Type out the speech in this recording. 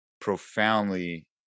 profoundly